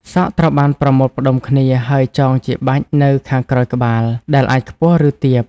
សក់ត្រូវបានប្រមូលផ្តុំគ្នា ហើយចងជាបាច់នៅខាងក្រោយក្បាល ដែលអាចខ្ពស់ ឬទាប។